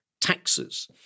taxes